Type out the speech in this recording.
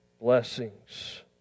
blessings